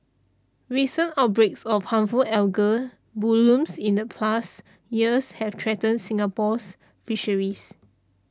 recent outbreaks of harmful algal blooms in the past years have threatened Singapore's Fisheries